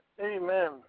Amen